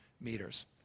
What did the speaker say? meters